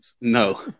No